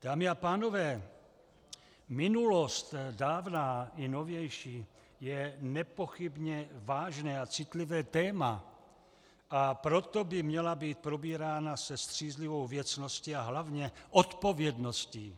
Dámy a pánové, minulost dávná i novější je nepochybně vážné a citlivé téma, a proto by měla být probírána se střízlivou věcností a hlavně odpovědností.